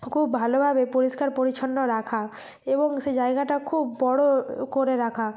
খুব ভালোভাবে পরিষ্কার পরিচ্ছন্ন রাখা এবং সেই জায়গাটা খুব বড় করে রাখা